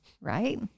right